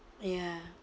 ya